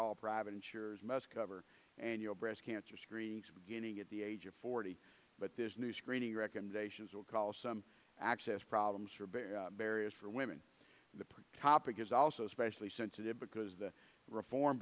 all private insurers must cover annual breast cancer screenings getting at the age of forty but this new screening recommendations will call some access problems for bare barriers for women the prototype is also specially sensitive because the reform